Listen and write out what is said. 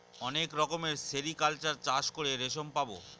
অনেক রকমের সেরিকালচার চাষ করে রেশম পাবো